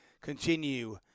continue